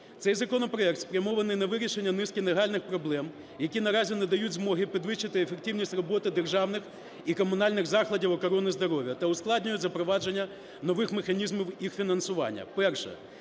Цей законопроект спрямований на вирішення низки нагальних проблем, які наразі не дають змоги підвищити ефективність роботи державних і комунальних закладів охорони здоров'я та ускладнюють запровадження нових механізмів їх фінансування.